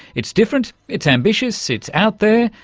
it's different, it's ambitious, it's out-there,